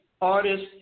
artists